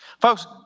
Folks